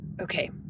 okay